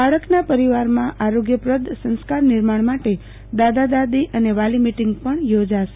બાળકને પરિવારમાં આરીગ્થપ્રદ સંસ્કાર નિર્માણ માટે દાદા દાદી અને વાલી મીટીંગ પણ યોજાશે